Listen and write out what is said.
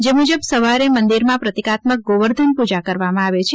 જે મુજબ સવારે મંદિરમાં પ્રતીકાત્મક ગોવર્ધન પૂજા કરવામાં આવે છે